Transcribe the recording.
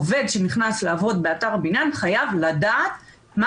עובד שנכנס לעבוד באתר בניין חייב לדעת מה